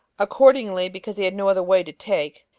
accordingly, because he had no other way to take,